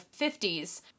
50s